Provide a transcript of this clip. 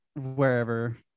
Wherever